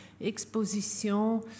exposition